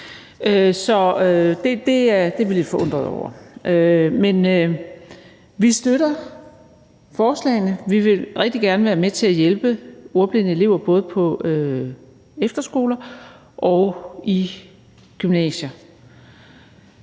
Så det er vi lidt forundrede over. Men vi støtter forslaget. Vi vil rigtig gerne være med til at hjælpe ordblinde elever, både på efterskoler og i gymnasiet.